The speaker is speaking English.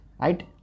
right